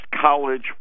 college